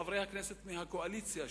חברי הכנסת מהקואליציה,